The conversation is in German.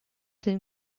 den